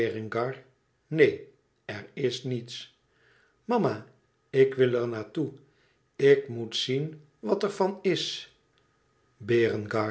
neen er is niets mama ik wil er naar toe ik moet zien wat er van is